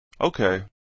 Okay